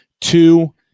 two